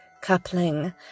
coupling